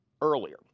earlier